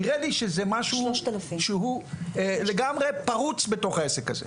נראה לי שזה משהו שהוא לגמרי פרוץ בתוך העסק הזה.